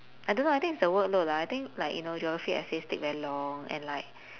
I don't know I think it's the workload lah I think like you know geography essays take very long and like